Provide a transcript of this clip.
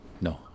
No